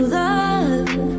love